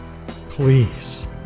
Please